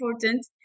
important